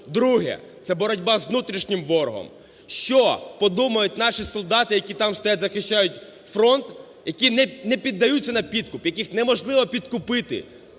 Друге – це боротьба з внутрішнім ворогом. Що подумають наші солдати, які там стоять, захищають фронт, які не піддаються на підкуп, яких неможливо підкупити,